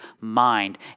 mind